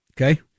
Okay